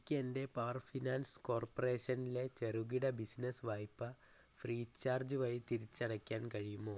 എനിക്ക് എൻ്റെ power finance കോർപ്പറേഷനിലെ ചെറുകിട ബിസിനസ്സ് വായ്പ ഫ്രീ ചാർജ് വഴി തിരിച്ചടയ്ക്കാൻ കഴിയുമോ